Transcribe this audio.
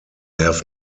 have